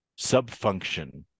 subfunction